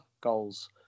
Goals